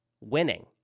winning